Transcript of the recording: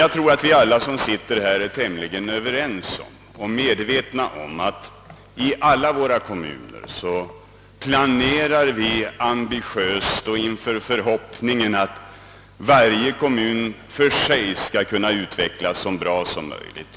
Jag tror emellertid att alla här i kammaren är medvetna om att det inom kommunerna alltid planeras ambitiöst i förhoppning om att varje enskild kommun skall kunna utvecklas så bra som möjligt.